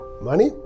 money